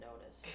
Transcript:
notice